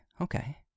okay